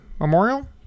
Memorial